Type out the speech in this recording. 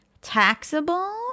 taxable